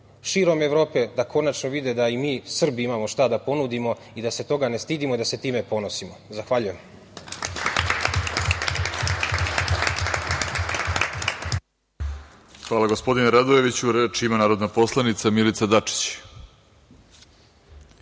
širom Evrope, da konačno vide da i mi Srbi imamo šta da ponudimo i da se toga ne stidimo i da se time ponosimo. Zahvaljujem. **Vladimir Orlić** Hvala, gospodine Radojeviću. Reč ima narodna poslanica Milica